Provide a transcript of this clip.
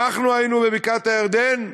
אנחנו היינו בבקעת-הירדן ואנחנו,